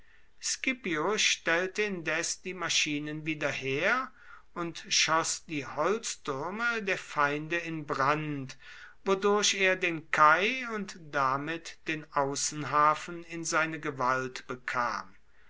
scipio stellte indes die maschinen wieder her und schoß die holztürme der feinde in brand wodurch er den kai und damit den außenhafen in seine gewalt bekam